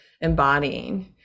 embodying